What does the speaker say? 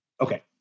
Okay